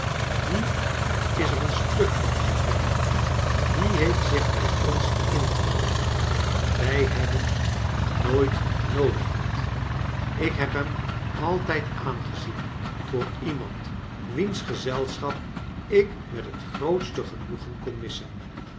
die is er een stuk van zei fanny die heeft zich bij ons ingedrongen wij hebben hem ncoit noodig gehad ik neb hem altijcl aangezien voor iemand wiens gezelschap ik met het grootste ge noegen kon missen